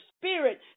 spirit